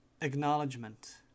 Acknowledgement